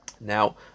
Now